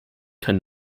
kein